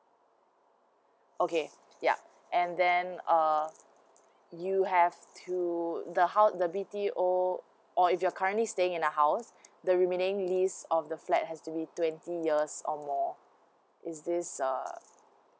okay ya and then uh you have to the house the B_T_O or if you're currently staying in the house the remaining list of the flat has to be twenty years or more is this err